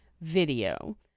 video